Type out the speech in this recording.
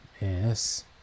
Yes